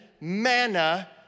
manna